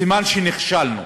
סימן שנכשלנו.